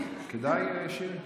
כדאי, שירי?